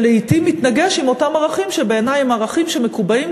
שלעתים מתנגשת עם אותם ערכים שבעיני הם ערכים שמקובעים,